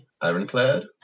ironclad